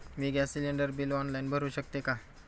मी gas cylinder bill online भरु शकते का?